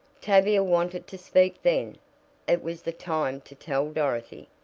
tavia wanted to speak then it was the time to tell dorothy,